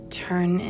turn